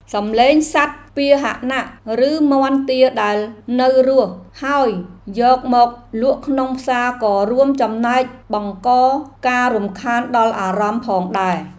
សំឡេងសត្វពាហនៈ ឬមាន់ទាដែលនៅរស់ ហើយយកមកលក់ក្នុងផ្សារក៏រួមចំណែកបង្កការរំខានដល់អារម្មណ៍ផងដែរ។